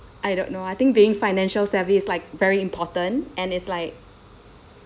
I don't know I think being financial savvy is like very important and it's like